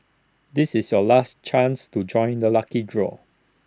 this is your last chance to join the lucky draw